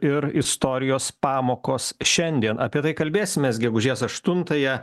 ir istorijos pamokos šiandien apie tai kalbėsimės gegužės aštuntąją